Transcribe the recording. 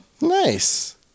Nice